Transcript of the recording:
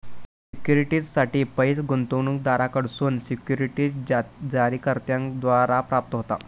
सिक्युरिटीजसाठी पैस गुंतवणूकदारांकडसून सिक्युरिटीज जारीकर्त्याद्वारा प्राप्त होता